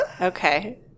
okay